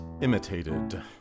imitated